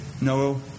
No